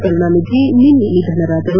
ಕರುಣಾನಿಧಿ ನಿನ್ನೆ ನಿಧನರಾದರು